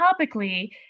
topically